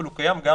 אבל הוא קיים גם